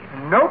Nope